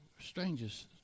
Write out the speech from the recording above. strangest